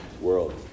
world